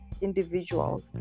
individuals